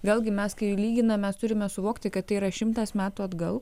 vėlgi mes kai lyginam mes turime suvokti kad tai yra šimtas metų atgal